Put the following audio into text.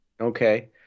okay